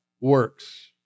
works